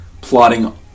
plotting